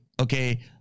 okay